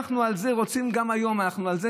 יש היום ארץ יוון, אין אומה יוונית.